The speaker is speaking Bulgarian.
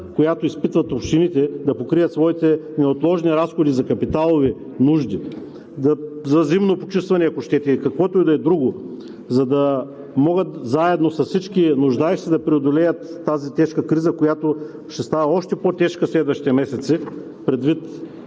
която изпитват общините да покрият своите неотложни разходи за капиталови нужди, за зимно почистване, ако щете, и каквото и да е друго, за да могат заедно с всички нуждаещи се да преодолеят тази тежка криза, която ще става още по-тежка следващите месеци, предвид